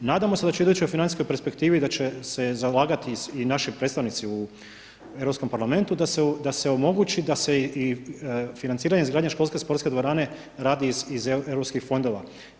Nadamo se da će u idućoj financijskoj perspektivi, da će se zalagati i naši predstavnici u Europskom parlamentu da se omogući da se i financiranje izgradnje školske sportske dvorane radi iz europskih fondova.